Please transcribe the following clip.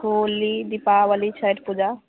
Holi Deepawali Chhath Puja